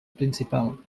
principal